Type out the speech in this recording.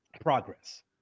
progress